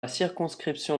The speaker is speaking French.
circonscription